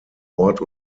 ort